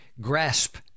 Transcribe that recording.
grasp